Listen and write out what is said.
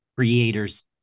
Creators